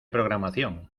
programación